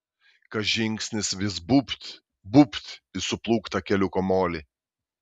kas žingsnis vis būbt būbt į suplūktą keliuko molį